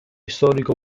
storico